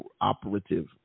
operative